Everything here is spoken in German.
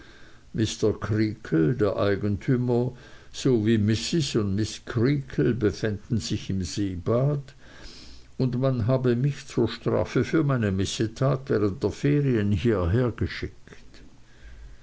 mr creakle der eigentümer sowie mrs und miß creakle befänden sich im seebad und man habe mich zur strafe für meine missetat während der ferien